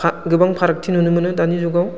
गोबां फारागथि नुनो मोनो दानि जुगाव